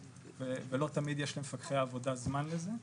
ולא תמיד יש למפקחי העבודה זמן לזה.